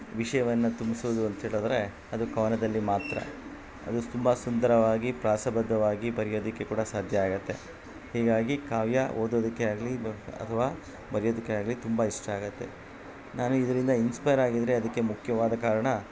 ವಿಷಯವನ್ನು ತುಂಬ್ಸೋದು ಅಂಥೇಳಿದ್ರೆ ಅದು ಕವನದಲ್ಲಿ ಮಾತ್ರ ಅದು ತುಂಬ ಸುಂದರವಾಗಿ ಪ್ರಾಸಬದ್ಧವಾಗಿ ಬರೆಯೋದಕ್ಕೆ ಕೂಡ ಸಾಧ್ಯ ಆಗುತ್ತೆ ಹೀಗಾಗಿ ಕಾವ್ಯ ಓದೋದಕ್ಕೆ ಆಗಲಿ ಬ ಅಥವಾ ಬರೆಯೋದಕ್ಕೆ ಆಗಲಿ ತುಂಬ ಇಷ್ಟ ಆಗುತ್ತೆ ನಾನು ಇದರಿಂದ ಇನ್ಸ್ಪೈರಾಗಿದ್ರೆ ಅದಕ್ಕೆ ಮುಖ್ಯವಾದ ಕಾರಣ